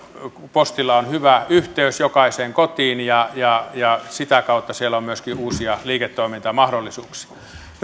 postilla on hyvä yhteys jokaiseen kotiin ja ja sitä kautta siellä on myöskin uusia liiketoimintamahdollisuuksia